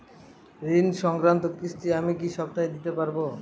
ঋণ সংক্রান্ত কিস্তি আমি কি সপ্তাহে দিতে পারবো?